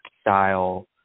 style